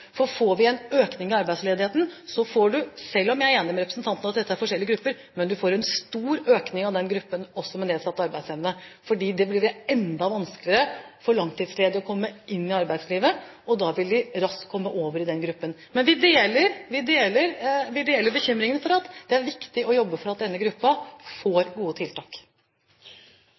For får vi en økning i arbeidsledigheten, får man – selv om jeg er enig med representanten i at dette er forskjellige grupper – også en stor økning av den gruppen med nedsatt arbeidsevne, fordi det blir enda vanskeligere for langtidsledige å komme inn i arbeidslivet, og da vil de raskt kommer over i den gruppen. Men vi deler bekymringen, og det er viktig å jobbe for at denne gruppen får gode tiltak.